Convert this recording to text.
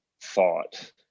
thought